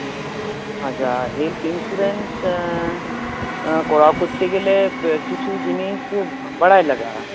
ᱟᱪᱪᱷᱟ health insurance ᱠᱚᱨᱟᱣ ᱠᱚᱨᱛᱮ ᱜᱮᱞᱮ ᱠᱤᱪᱷᱩ ᱡᱤᱱᱤᱥ ᱵᱟᱲᱟᱭ ᱞᱟᱜᱟᱜᱼᱟ